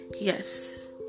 Yes